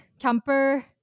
camper